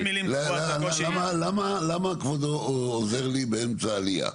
למה כבודו עוזר לי באמצע העלייה?